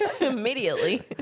Immediately